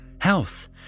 health